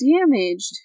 damaged